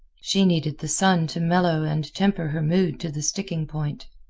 she needed the sun to mellow and temper her mood to the sticking point.